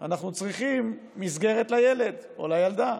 אנחנו צריכים מסגרת לילד או לילדה.